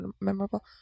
memorable